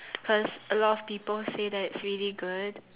cause a lot of people say that it's really good